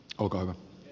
kiitos